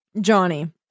Johnny